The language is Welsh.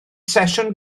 sesiwn